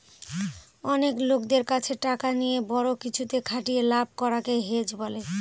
অনেক লোকদের কাছে টাকা নিয়ে বড়ো কিছুতে খাটিয়ে লাভ করাকে হেজ বলে